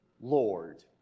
Lord